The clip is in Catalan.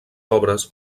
obres